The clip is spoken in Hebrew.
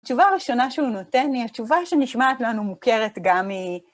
התשובה הראשונה שהוא נותן לי, התשובה שנשמעת לנו מוכרת גם מ...